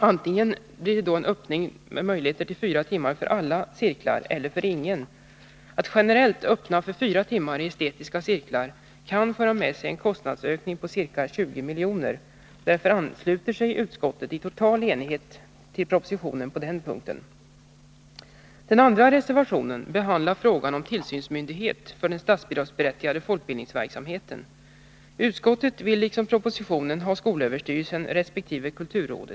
Antingen öppnar man möjlighet till fyra timmar för alla cirklar eller också får ingen cirkel den möjligheten. Att generellt öppna för fyra timmar i estetiska cirklar kan föra med sig en kostnadsökning på ca 20 milj.kr. Därför ansluter sig utskottet i total enighet till propositionens förslag på den punkten. Den andra moderatreservationen behandlar frågan om tillsynsmyndighet för den statsbidragsberättigade folkbildningsverksamheten. Utskottet vill liksom regeringen ha skolöverstyrelsen resp. statens kulturråd.